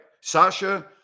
Sasha